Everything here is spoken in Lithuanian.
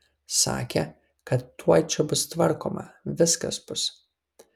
sakė kad tuoj čia bus tvarkoma viskas bus